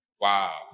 Wow